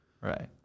Right